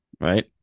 Right